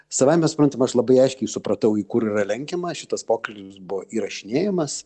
savaime suprantama aš labai aiškiai supratau į kur yra lenkiama šitas pokalbis buvo įrašinėjamas